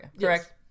correct